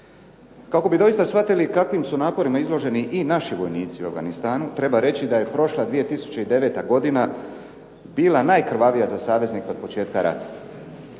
Kako bi doista shvatili kakvim su naporima izloženi i naši vojnici u Afganistanu treba reći da je prošla 2009. godina bila najkrvavija za saveznike od početka rata.